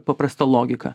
paprasta logika